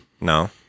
No